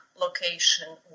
location